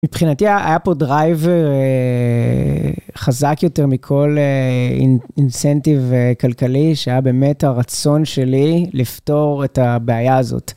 מבחינתי היה פה דרייב חזק יותר מכל אינסנטיב כלכלי, שהיה באמת הרצון שלי לפתור את הבעיה הזאת.